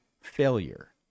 failure